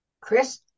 Chris